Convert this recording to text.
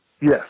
Yes